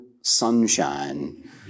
sunshine